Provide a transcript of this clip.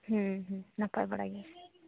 ᱱᱟᱯᱟᱭ ᱵᱟᱲᱟᱜᱮ